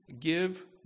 give